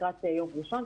לקראת יום ראשון,